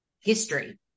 history